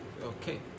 okay